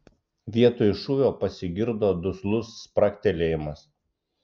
vietoj šūvio pasigirdo duslus spragtelėjimas